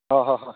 ꯍꯣꯏ ꯍꯣꯏ ꯍꯣꯏ